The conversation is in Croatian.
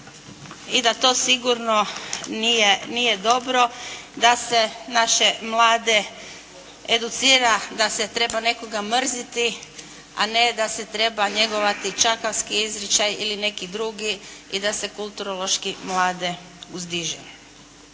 i da to sigurno nije dobro da se naše mlade educira da se treba nekoga mrziti, a ne da se treba njegovati čakavski izričaj ili neki drugi i da se kulturološki mlade uzdiže.